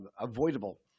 avoidable